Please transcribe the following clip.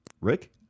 rick